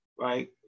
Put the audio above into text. right